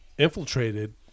infiltrated